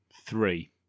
Three